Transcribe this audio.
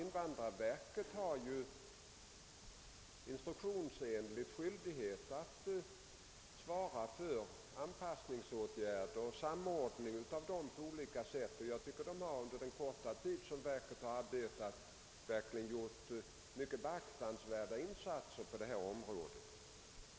Invandrarverket har ju instruktionsenligt skyldighet att svara för anpassningsåtgärder och samordning av åtgärderna på olika sätt, och jag tycker att verket under den korta tid det arbetat gjort mycket behjärtansvärda insatser på detta område.